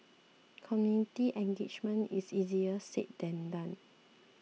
community engagement is easier said than done